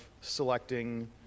selecting